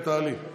תודה רבה.